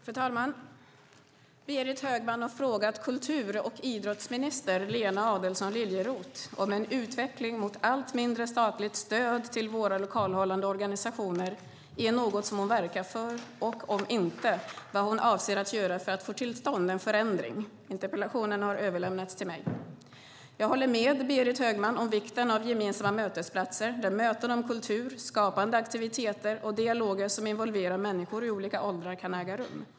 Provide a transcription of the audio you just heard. Fru talman! Berit Högman har frågat kultur och idrottsminister Lena Adelsohn Liljeroth om en utveckling mot allt mindre statligt stöd till våra lokalhållande organisationer är något som hon verkar för och, om inte, vad hon avser att göra för att få till stånd en förändring. Interpellationen har överlämnats till mig. Jag håller med Berit Högman om vikten av gemensamma mötesplatser där möten om kultur, skapande aktiviteter och dialoger som involverar människor i olika åldrar kan äga rum.